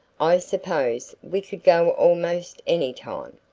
i suppose we could go almost any time.